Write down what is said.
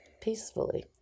Peacefully